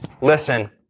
listen